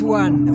one